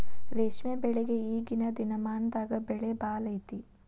ರೇಶ್ಮೆ ಬೆಳಿಗೆ ಈಗೇನ ದಿನಮಾನದಾಗ ಬೆಲೆ ಭಾಳ ಐತಿ